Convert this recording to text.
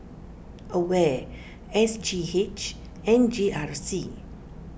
Aware S G H and G R C